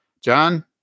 John